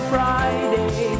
Friday